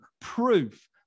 proof